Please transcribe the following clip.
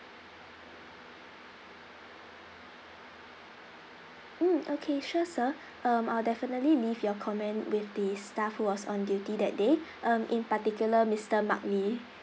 mm okay sure sir um I'll definitely leave your comment with the staff who was on duty that day um in particular mister mark lee